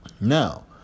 Now